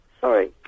Sorry